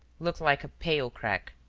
looked like a pale crack.